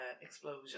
explosion